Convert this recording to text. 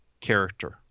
character